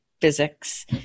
physics